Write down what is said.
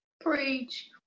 Preach